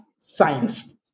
science